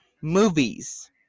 movies